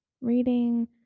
reading